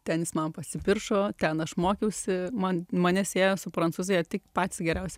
ten jis man pasipiršo ten aš mokiausi man mane sieja su prancūzija tik patys geriausi